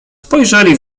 spojrzeli